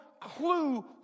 clue